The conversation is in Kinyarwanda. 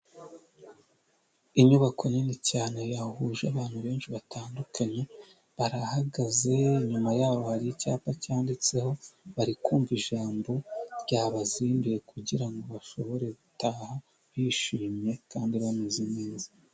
Inyubako nini cyane yahuje abantu benshi batandukanye, barahagaze inyuma yabo hari icyapa cyanditseho, bari kumvamva ijambo ryabazinduye kugirango bashobore gutaha bishimye kandi bameze neza.